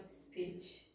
speech